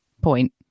point